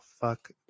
fuck